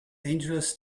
angeles